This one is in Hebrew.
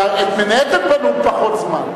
אבל את מנהטן בנו בפחות זמן.